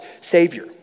savior